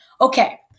Okay